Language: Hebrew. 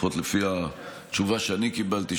לפחות לפי התשובה שאני קיבלתי,